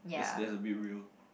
that's that's a bit real